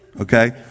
okay